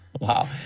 wow